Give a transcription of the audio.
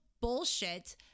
bullshit